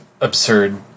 absurd